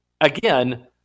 Again